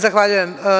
Zahvaljujem.